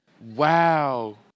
Wow